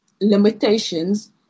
limitations